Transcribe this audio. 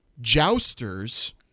Jousters